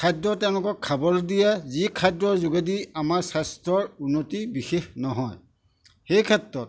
খাদ্য তেওঁলোকক খাবলৈ দিয়ে যি খাদ্যৰ যোগেদি আমাৰ স্বাস্থ্যৰ উন্নতি বিশেষ নহয় সেই ক্ষেত্ৰত